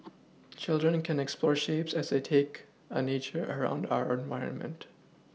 children can explore shapes as they take a nature around our environment